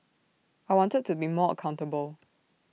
I wanted to be more accountable